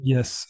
Yes